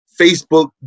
Facebook